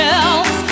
else